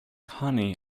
honey